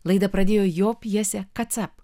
laida pradėjo jo pjesė katsap